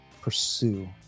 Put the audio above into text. pursue